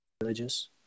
religious